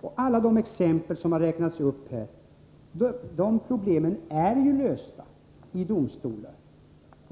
De problem som anförts i alla de exempel som här har räknats upp är lösta i domstolar.